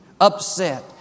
upset